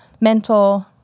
mental